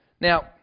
now